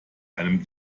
einem